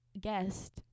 guest